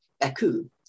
Baku